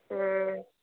हाँ